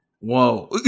Whoa